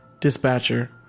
Dispatcher